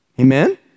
Amen